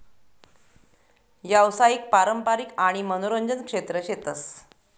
यावसायिक, पारंपारिक आणि मनोरंजन क्षेत्र शेतस